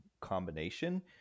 combination